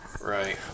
Right